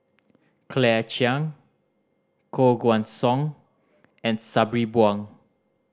Claire Chiang Koh Guan Song and Sabri Buang